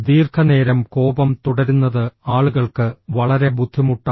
ദീർഘനേരം കോപം തുടരുന്നത് ആളുകൾക്ക് വളരെ ബുദ്ധിമുട്ടാണ്